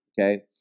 Okay